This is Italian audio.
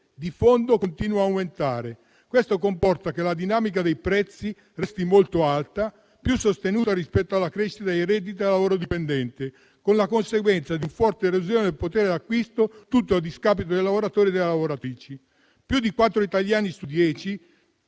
di fondo continua ad aumentare. Questo comporta che la dinamica dei prezzi resti molto alta, più sostenuta rispetto alla crescita dei redditi da lavoro dipendente, con la conseguenza di una forte erosione del potere d'acquisto, tutta a discapito dei lavoratori e delle lavoratrici. Più di quattro italiani su